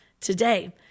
today